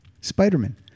Spider-Man